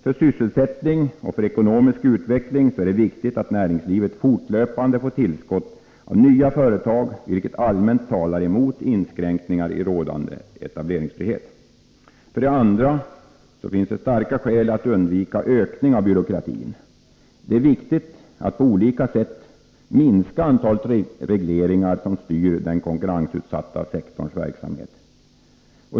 För sysselsättning och för ekonomisk utveckling är det viktigt att näringslivet fortlöpande får tillskott av nya företag, vilket allmänt talar emot inskränkningar i rådande etableringsfrihet. För det andra finns det starka skäl att undvika ökning av byråkratin. Det är viktigt att på olika sätt minska antalet regleringar som styr den konkurrensutsatta sektorns verksamhet.